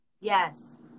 Yes